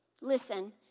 Listen